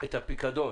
את הפיקדון